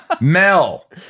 Mel